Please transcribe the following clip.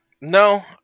No